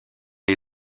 les